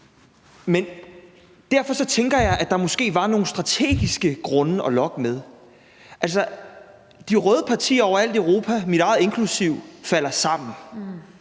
derfor tænker jeg, at der måske var nogle strategiske grunde at lokke med. Altså, de røde partier overalt i Europa – mit eget inklusive – falder sammen.